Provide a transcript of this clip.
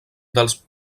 dels